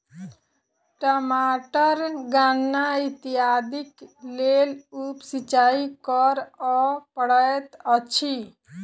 टमाटर गन्ना इत्यादिक लेल उप सिचाई करअ पड़ैत अछि